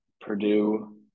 Purdue